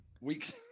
weeks